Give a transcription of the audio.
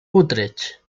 utrecht